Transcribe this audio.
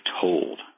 told